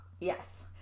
Yes